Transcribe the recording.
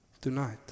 tonight